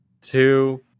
two